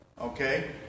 okay